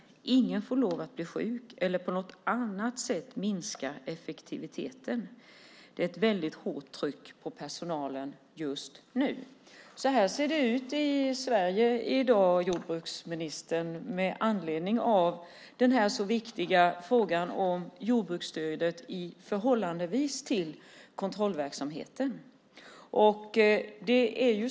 Ingen får lov att bli sjuk eller på något annat sätt minska i sin effektivitet. Det är ett väldigt hårt tryck på personalen." Så här ser det ut i Sverige i dag, jordbruksministern, med anledning av den så viktiga frågan om jordbruksstödet i förhållande till kontrollverksamheten.